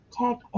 tech